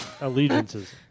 allegiances